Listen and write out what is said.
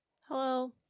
Hello